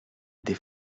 des